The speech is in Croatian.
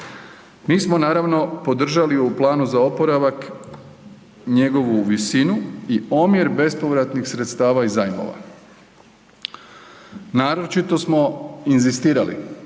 Nismo naravno podržali u planu za oporavak njegovu visinu i omjer bespovratnih sredstava i zajmova. Naročito smo inzistirali